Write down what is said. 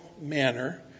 manner